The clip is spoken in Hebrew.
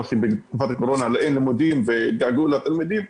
הכי בתקופת הקורונה לא היו לימודים והתגעגעו לתלמידים,